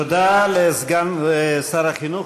תודה לסגן שר החינוך.